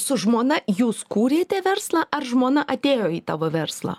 su žmona jūs kūrėte verslą ar žmona atėjo į tavo verslą